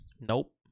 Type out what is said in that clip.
nope